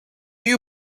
you